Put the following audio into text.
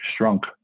shrunk